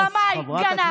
שקרן, נוכל, רמאי, גנב.